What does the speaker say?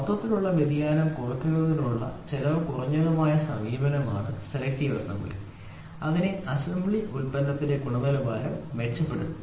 മൊത്തത്തിലുള്ള വ്യതിയാനം കുറയ്ക്കുന്നതിനുള്ള ചെലവ് കുറഞ്ഞതുമായ സമീപനമാണ് സെലക്ടീവ് അസംബ്ലി അങ്ങനെ അസംബ്ലി ഉൽപ്പന്നത്തിന്റെ ഗുണനിലവാരം മെച്ചപ്പെടുത്തുന്നു